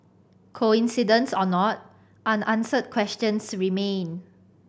coincidence or not unanswered questions remain